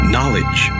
Knowledge